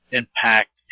impact